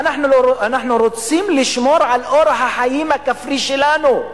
ואנחנו רוצים לשמור על אורח החיים הכפרי שלנו,